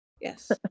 Yes